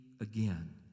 again